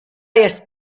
jest